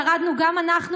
ירדנו גם אנחנו,